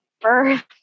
birth